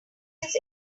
his